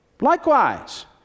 likewise